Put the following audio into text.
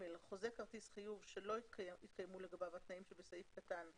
חוזה כרטיס חיוב שלא התקיימו לגביו התנאים שבסעיף קטן (א)